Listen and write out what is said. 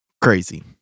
crazy